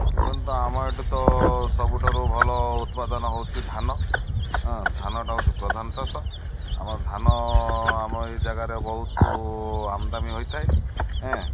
ଦେଖନ୍ତୁ ଆମ ଏଠି ତ ସବୁଠାରୁ ଭଲ ଉତ୍ପାଦନ ହେଉଛି ଧାନ ଧାନଟା ହେଉଛି ପ୍ରଧାନ ଚାଷ ଆମ ଧାନ ଆମ ଏଇ ଜାଗାରେ ବହୁତ ଆମଦାନୀ ହୋଇଥାଏ ଏଁ